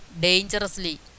dangerously